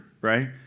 right